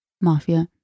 mafia